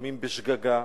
לפעמים בשגגה,